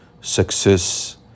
Success